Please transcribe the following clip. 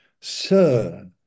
Sir